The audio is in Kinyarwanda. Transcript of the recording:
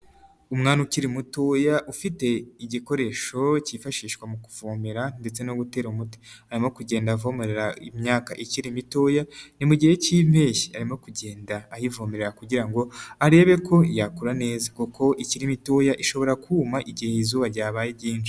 Umwana ukiri mutoya, ufite igikoresho cyifashishwa mu kuvomerara ndetse no gutera umuti. Arimo kugenda avomerera imyaka ikiri mitoya, ni mu mugihe cy'impeshyi arimo kugenda ayivomerera kugira ngo arebe ko yakura neza, kuko ikiri mitoya ishobora kuma igihe izuba ryabaye ryinshi.